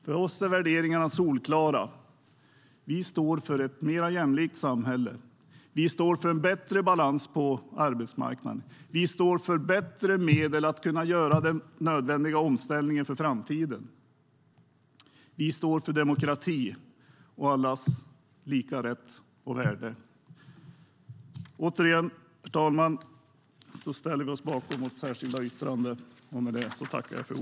För oss är värderingarna solklara. Vi står för ett mer jämlikt samhälle. Vi står för en bättre balans på arbetsmarknaden. Vi står för bättre medel för att kunna göra den nödvändiga omställningen för framtiden. Vi står för demokrati och allas lika rätt och värde.